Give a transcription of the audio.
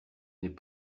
n’est